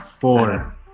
Four